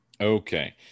Okay